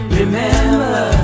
remember